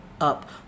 up